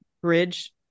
bridge